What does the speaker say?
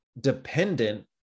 dependent